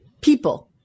people